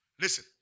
Listen